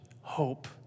hope